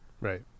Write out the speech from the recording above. Right